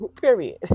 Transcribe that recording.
period